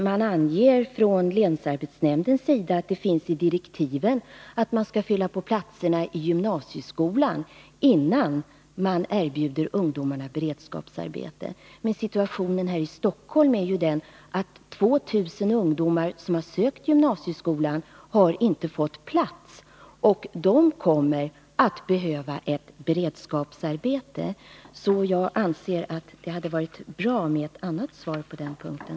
Man anger från länsarbetsnämndens sida att det står i direktiven att man skall fylla på platserna i gymnasieskolan innan man erbjuder ungdomarna beredskapsarbeten. Men situationen här i Stockholm är ju den att 2000 ungdomar som sökt till gymnasieskolan inte har fått plats. De kommer att behöva beredskapsarbete, så jag anser att det hade varit bra med ett annat svar på den punkten.